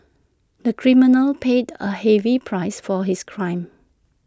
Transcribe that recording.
the criminal paid A heavy price for his crime